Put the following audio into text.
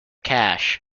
cache